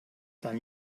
tan